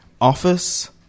Office